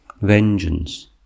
vengeance